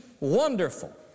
Wonderful